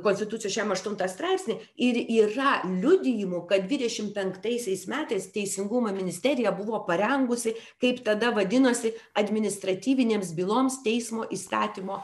konstitucijos šem aštuntą straipsnį ir yra liudijimų kad dvidešim penktaisiais metais teisingumo ministerija buvo parengusi kaip tada vadinosi administratyvinėms byloms teismo įstatymo